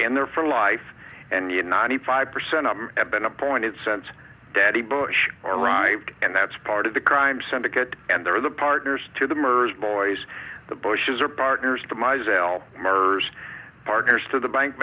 in there for life and you ninety five percent of them have been appointed sent daddy bush arrived and that's part of the crime syndicate and they're the partners to the murders boys the bushes are partners demise al murders partners to the bank